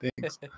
Thanks